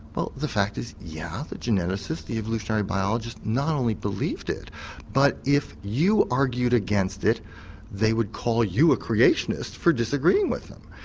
well the fact is, yes, yeah the geneticist, the evolutionary biologists not only believed it but if you argued against it they would call you a creationist for disagreeing with them.